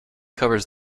covers